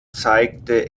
zeigte